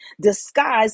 disguised